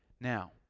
Now